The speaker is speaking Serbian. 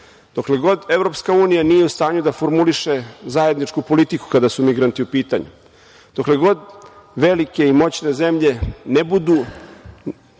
dokle god EU nije u stanju da formuliše zajedničku politiku kada su migranti u pitanju, dokle god velike i moćne zemlje ne budu